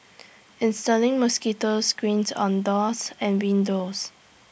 installing mosquitos screened on doors and windows